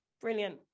brilliant